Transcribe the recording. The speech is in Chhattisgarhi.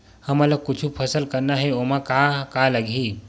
हमन ला कुछु फसल करना हे ओमा का का लगही?